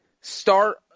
start